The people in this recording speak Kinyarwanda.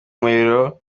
umuriro